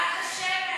ההצעה